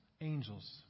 Angels